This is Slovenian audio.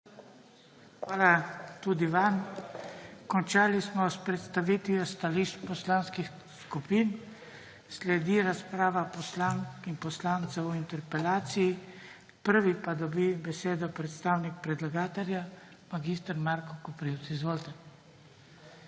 Hvala tudi vam. Končali smo s predstavitvijo stališč poslanskih skupin. Sledi razprava poslank in poslancev o interpelaciji. Prvi pa dobi besedo predstavnik predlagatelja mag. Marko Koprivc. Izvolite.